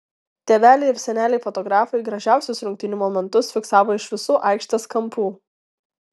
tėveliai ir seneliai fotografai gražiausius rungtynių momentus fiksavo iš visų aikštės kampų